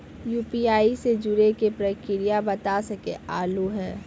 UPI से जुड़े के प्रक्रिया बता सके आलू है?